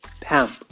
Pam